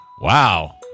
Wow